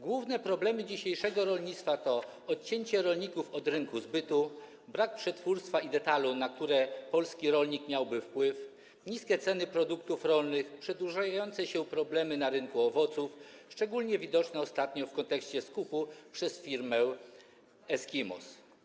Główne problemy dzisiejszego rolnictwa to: odcięcie rolników od rynku zbytu, brak przetwórstwa i detalu, na które polski rolnik miałby wpływ, niskie ceny produktów rolnych, przedłużające się problemy na rynku owoców, szczególnie widoczne ostatnio w kontekście skupu przez firmę Eskimos.